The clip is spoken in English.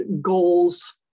goals